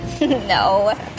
No